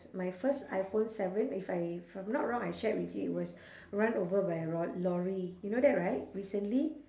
my first iPhone seven if I if I'm not wrong I shared with you it was run over by a ro~ lorry you know that right recently